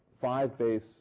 five-base